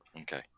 Okay